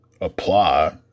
apply